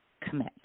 commit